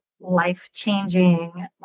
life-changing